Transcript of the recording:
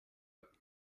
got